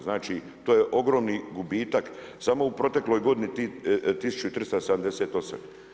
Znači to je ogromni gubitak samo u protekloj godini tih 1378.